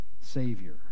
Savior